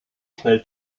schnell